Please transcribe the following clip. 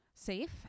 Safe